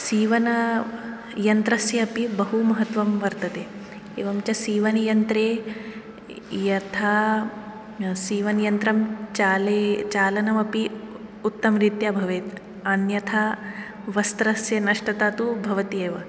सीवन यन्त्रस्यापि बहुमहत्वं वर्तते एवञ्च सीवनयन्त्रे यथा सीवनयन्त्रं चालय चालनमपि उत्तमरीत्या भवेत् अन्यथा वस्त्रस्य नष्टता तु भवति एव